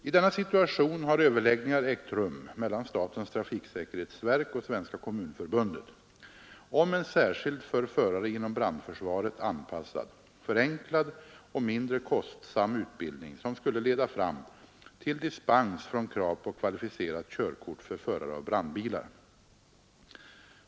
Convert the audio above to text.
i I denna situation har överläggningar ägt rum mellan statens trafiksäkerhetsverk och Svenska kommunförbundet om en särskild för förare inom brandförsvaret anpassad förenklad och mindre kostsam utbildning som skulle leda fram till dispens från krav på kvalificerat körkort för förare av brandbilar.